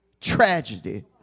tragedy